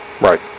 Right